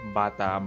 bata